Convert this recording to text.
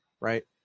Right